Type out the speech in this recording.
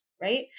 right